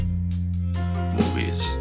Movies